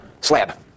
slab